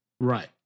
Right